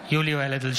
(קורא בשמות חברי הכנסת) יולי יואל אדלשטיין,